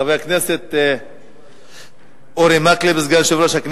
הצעות לסדר-היום מס' 4378,